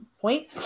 point